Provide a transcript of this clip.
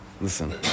Listen